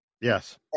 Yes